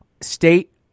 state